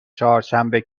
چهارشنبه